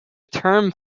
term